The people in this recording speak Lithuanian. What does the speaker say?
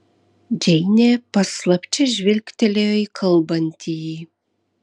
džeinė paslapčia žvilgtelėjo į kalbantįjį